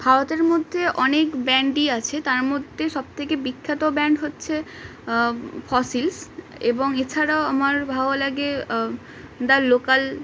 ভারতের মধ্যে অনেক ব্যান্ডই আছে তার মধ্যে সব থেকে বিখ্যাত ব্যান্ড হচ্ছে ফসিলস এবং এছাড়াও আমার ভালো লাগে দা লোকাল